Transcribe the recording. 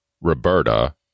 Roberta